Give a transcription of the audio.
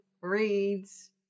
reads